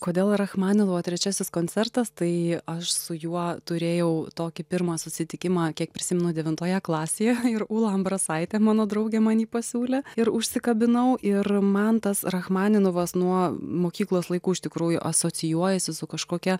kodėl rachmaninovo trečiasis koncertas tai aš su juo turėjau tokį pirmą susitikimą kiek prisimenu devintoje klasėje ir ūla ambrasaitė mano draugė man jį pasiūlė ir užsikabinau ir man tas rachmaninovas nuo mokyklos laikų iš tikrųjų asocijuojasi su kažkokia